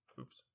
Oops